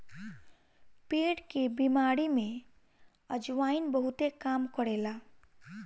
पेट के बेमारी में अजवाईन बहुते काम करेला